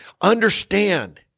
Understand